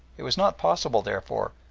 it was not possible, therefore,